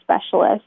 specialist